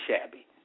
shabby